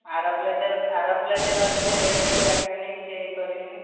ଆର ପିଲା ଯିଏ ଆର ପିଲା ଯିଏ ରହିବେ ସେ ରେଟ୍ କାଟିବେନି କିଛି କରିବେନି